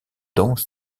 danse